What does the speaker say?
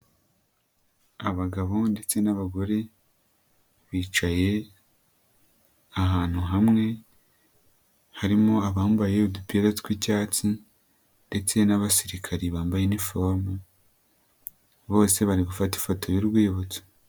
Abagabo ndetse n'abagore bicaye ahantu hamwe, harimo abambaye udupira tw'icyatsi ndetse n'abasirikari bambaye inifomu, bose bari gufata ifoto y'urwibutso.